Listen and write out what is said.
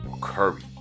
curry